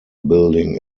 building